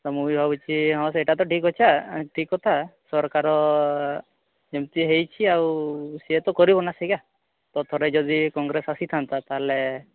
ତ ମୁଁ ବି ଭାବୁଛି ସେଇଟା ତ ଠିକ କଥା ସରକାର ଯେମିତି ହୋଇଛି ଆଉ ସେ ତ କରିବନା ସେଇଟା ତ ଯଦି କଂଗ୍ରେସ ଆସିଥାନ୍ତା ତାହାଲେ